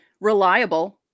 reliable